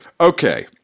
okay